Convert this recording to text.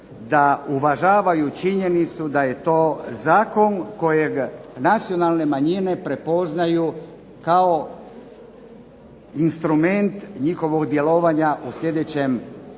da uvažavaju činjenicu da je to Zakon kojeg nacionalne manjine prepoznaju kao instrument njihovog djelovanja u sljedećem dugom